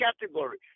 category